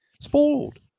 Spoiled